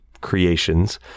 creations